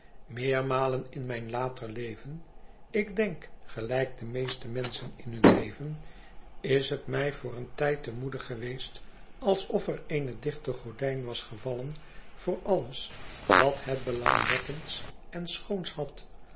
in mijn later leven ik denk gelijk de meeste menschen in hun leven is het mij voor een tijd te moede geweest alsof er eene dichte gordijn was gevallen voor alles wat het belangwekkends en schoons had